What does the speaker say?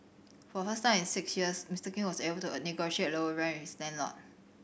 for first time in six years Mister King was able to negotiate a lower rent with his landlord